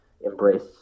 embrace